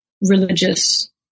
religious